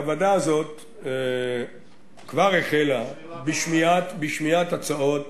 והוועדה הזאת כבר החלה בשמיעת הצעות